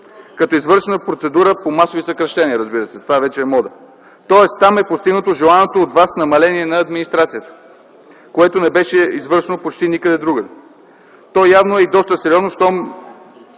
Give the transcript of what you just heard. като е извършена процедура по масови съкращения. Разбира се, това вече е мода. Тоест там е постигнато желаното от вас намаление на администрацията, което не беше извършено почти никъде другаде. То явно е доста сериозно, щом